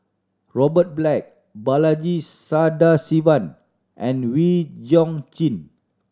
Robert Black Balaji Sadasivan and Wee Chong Jin